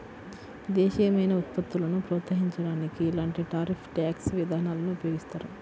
దేశీయమైన ఉత్పత్తులను ప్రోత్సహించడానికి ఇలాంటి టారిఫ్ ట్యాక్స్ విధానాలను ఉపయోగిస్తారు